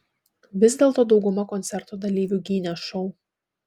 vis dėlto dauguma koncerto dalyvių gynė šou